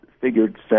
figured